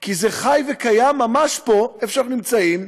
כי זה חי וקיים ממש פה, איפה שאנחנו נמצאים,